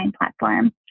platform